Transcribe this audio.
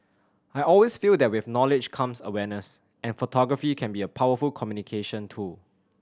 I always feel that with knowledge comes awareness and photography can be a powerful communication tool